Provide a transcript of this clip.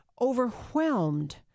overwhelmed